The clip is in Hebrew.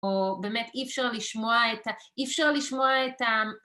או באמת אי אפשר לשמוע את ה...